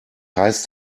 heißt